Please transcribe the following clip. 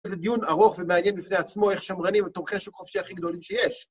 זה דיון ארוך ומעניין בפני עצמו איך שמרנים ותומכי שוק חופשי הכי גדולים שיש